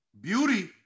Beauty